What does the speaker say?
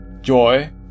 joy